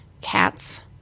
cats